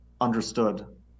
understood